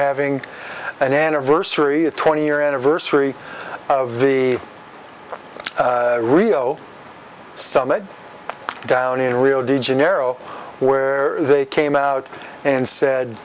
having an anniversary a twenty year anniversary of the rio summit down in rio de janeiro where they came out and said